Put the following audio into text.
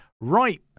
Right